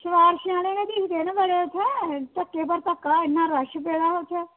सफारशें आह्लें गी दिक्खदे न इत्थें ते धक्का हा ते बड़ा रश पेदा हा इत्थें